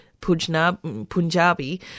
Punjabi